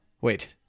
Wait